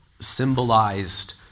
symbolized